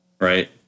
Right